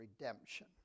redemption